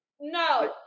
No